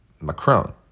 Macron